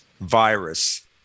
virus